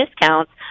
discounts